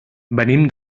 venim